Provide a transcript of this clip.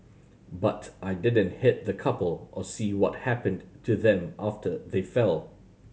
but I didn't hit the couple or see what happened to them after they fell